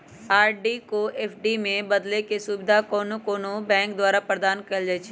RD को FD में बदलेके सुविधा कोनो कोनो बैंके द्वारा प्रदान कएल जाइ छइ